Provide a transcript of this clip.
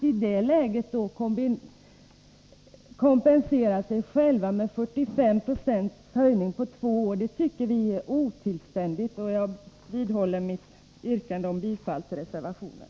Att i det läget kompensera sig med en 45-procentig höjning på två år tycker vi är otillständigt. Jag vidhåller mitt yrkande om bifall till reservationen.